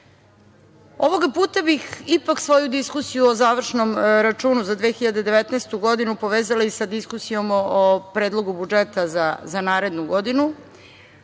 reći. Ovoga puta bih ipak svoju diskusiju o završnom računu za 2019. godinu, povezala i sa diskusijom o Predlogu budžeta za narednu godinu.